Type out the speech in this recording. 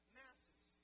masses